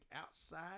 outside